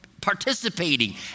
participating